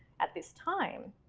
at this time,